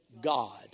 God